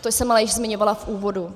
To jsem ale již zmiňovala v úvodu.